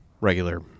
regular